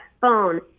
phone